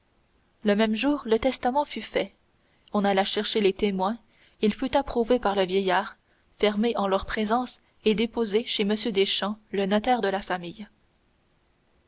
le même jour le testament fut fait on alla chercher les témoins il fut approuvé par le vieillard fermé en leur présence et déposé chez m deschamps le notaire de la famille